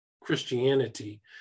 Christianity